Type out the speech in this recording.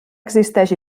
existeix